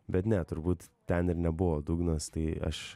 bet ne turbūt ten ir nebuvo dugnas tai aš